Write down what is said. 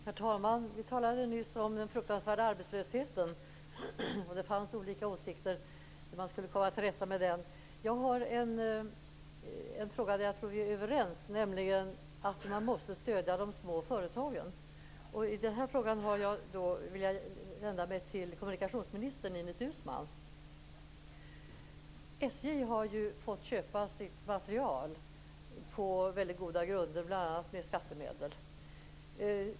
Herr talman! Vi talade nyss om den fruktansvärda arbetslösheten, och det fanns olika åsikter om hur man skulle komma till rätta med den. Jag har en fråga där jag tror att vi är överens, nämligen om möjligheterna att stödja de små företagen. Jag vill vända mig till kommunikationsministern Ines Uusmann. SJ har ju fått köpa sin materiel på väldigt goda villkor, bl.a. med skattemedel.